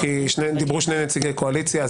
כי דיברו שני נציגי קואליציה,